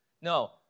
No